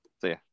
See